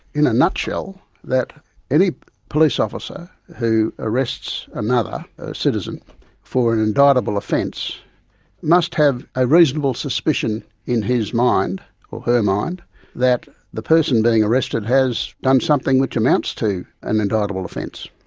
in a nutshell, that any police officer who arrests another citizen for an indictable offence must have a reasonable suspicion in his mind or her mind that the person being arrested has done something which amounts to an and indictable um offence.